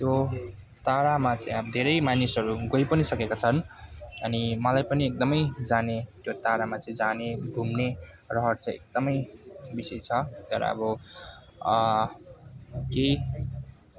त्यो तारामा चाहिँ अब धेरै मानिसहरू गई पनि सकेका छन् अनि मलाई पनि एकदमै जाने त्यो तारामा चाहिँ जाने घुम्ने रहर छ एकदमै बेसी छ तर अब केही